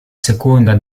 seconda